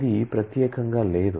ఇది ప్రత్యేకంగా లేదు